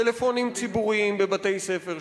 טלפוניים ציבוריים בבתי-ספר,